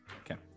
Okay